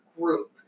group